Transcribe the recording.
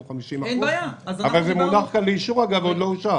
50%. זה מונח כאן לאישור ועדיין לא אושר.